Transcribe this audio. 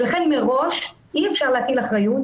לכן מראש אי אפשר להטיל אחריות,